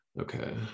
Okay